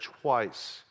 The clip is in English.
twice